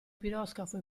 piroscafo